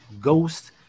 ghost